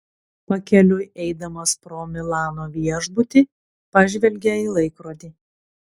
pakeliui eidamas pro milano viešbutį pažvelgė į laikrodį